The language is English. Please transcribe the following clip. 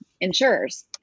insurers